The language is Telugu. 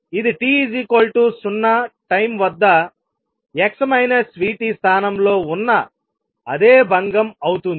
ఇది t 0 టైం వద్ద x vt స్థానంలో ఉన్న అదే భంగం అవుతుంది